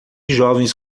jovens